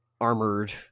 armored